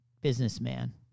businessman